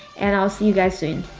and i'll see you guys soon.